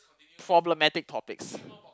problematic topics